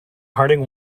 harding